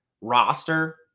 roster